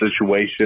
situation